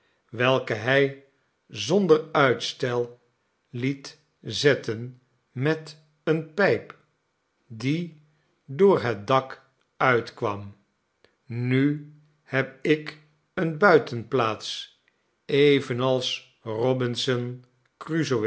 welke hij zonder uitstel liet zetten met eene pijp die door het dak uitkwam nu heb ik eene buitenplaats evenals robinson crusoe